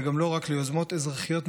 וגם לא רק ליוזמות אזרחיות מבורכות,